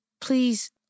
please